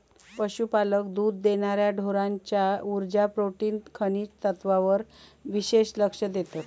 पशुपालक दुध देणार्या ढोरांच्या उर्जा, प्रोटीन, खनिज तत्त्वांवर विशेष लक्ष देतत